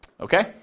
Okay